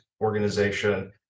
organization